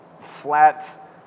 flat